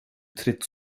tritt